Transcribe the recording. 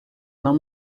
não